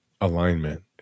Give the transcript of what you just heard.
Alignment